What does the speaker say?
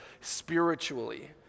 spiritually